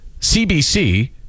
CBC